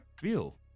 feel